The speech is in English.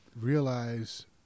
realize